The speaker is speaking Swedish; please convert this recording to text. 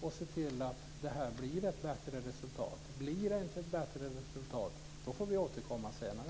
och se till att det blir ett bättre resultat. Om det inte blir ett bättre resultat får vi återkomma senare.